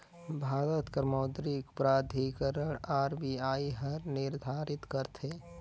भारत कर मौद्रिक प्राधिकरन आर.बी.आई हर निरधारित करथे